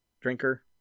drinker